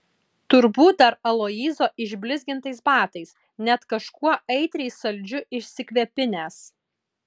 turbūt dar aloyzo išblizgintais batais net kažkuo aitriai saldžiu išsikvepinęs